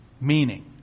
Meaning